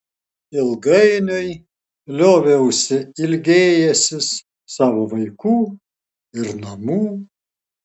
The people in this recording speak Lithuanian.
ilgainiui lioviausi ilgėjęsis savo vaikų ir namų